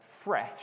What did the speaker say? fresh